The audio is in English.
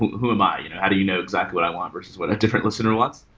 who am i? how do you know exactly what i want versus what a different listener wants?